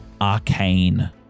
arcane